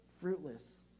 fruitless